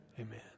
Amen